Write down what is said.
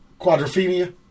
Quadrophenia